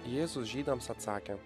jėzus žydams atsakė